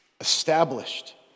established